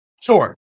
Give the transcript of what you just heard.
Sure